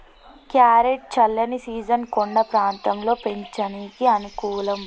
carrot చల్లని season కొండ ప్రాంతంలో పెంచనీకి అనుకూలం